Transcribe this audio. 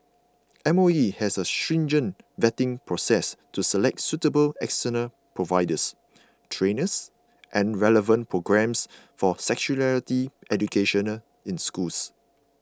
M O E has a stringent vetting process to select suitable external providers trainers and relevant programmes for sexuality education in schools